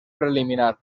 preliminar